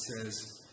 says